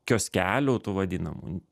kioskelių tų vadinamų